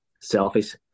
selfish